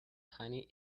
tiny